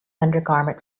undergarment